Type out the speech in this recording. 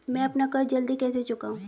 मैं अपना कर्ज जल्दी कैसे चुकाऊं?